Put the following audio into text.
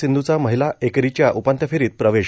सिंधूचा महिला एकेरिच्या उपांत्यफेरित प्रवेश